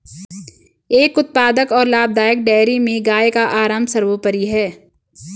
एक उत्पादक और लाभदायक डेयरी में गाय का आराम सर्वोपरि है